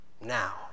Now